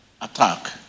attack